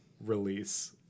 release